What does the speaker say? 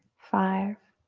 five,